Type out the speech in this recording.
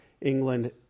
England